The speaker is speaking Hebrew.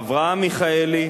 אברהם מיכאלי,